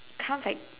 comes like